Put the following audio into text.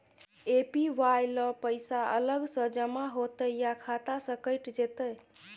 APY ल पैसा अलग स जमा होतै या खाता स कैट जेतै?